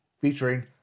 featuring